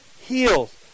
heals